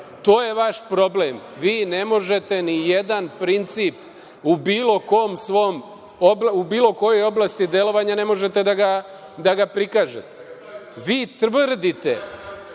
Toj je vaš problem. Vi ne možete ni jedan princip u bilo kojoj oblasti delovanja da ga prikažete. Vi tvrdite